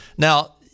Now